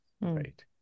Right